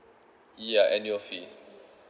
yeah annual fee